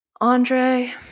Andre